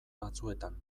batzuetan